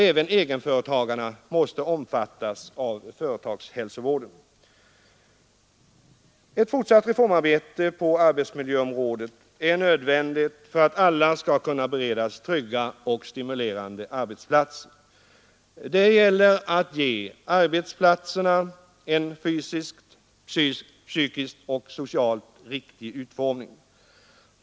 Även egenföretagarna måste omfattas av företagshälsovården. Ett fortsatt reformarbete på arbetsmiljöområdet är nödvändigt för att alla skall kunna beredas trygga och stimulerande arbetsplatser. Det gäller att ge arbetsplatserna en fysiskt, psykiskt och socialt riktig utformning.